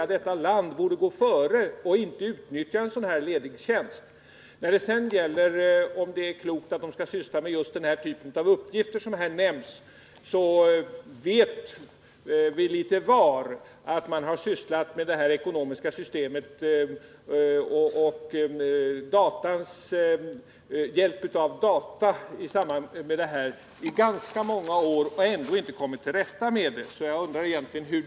Vad sedan gäller frågan huruvida det i det här fallet är klokt att tillsätta tjänsterna, med tanke på att befattningshavarna skall syssla med den typ av uppgifter som budgetministern nämnde, så vet vi litet var att man under ganska många år har sysslat med myndighetens ekonomiska planering och redovisning och med frågan om hur man skall behandla denna verksamhet med hjälp av data, dock utan att hittills ha kommit till rätta med det på ett tillfredsställande sätt.